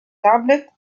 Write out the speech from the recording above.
tablet